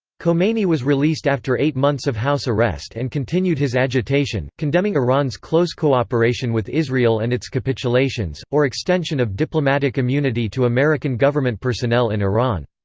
khomeini was released after eight months of house arrest and continued his agitation, condemning iran's close cooperation with israel and its capitulations, or extension of diplomatic immunity to american government personnel in iran.